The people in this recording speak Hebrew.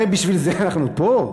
הרי בשביל זה אנחנו פה.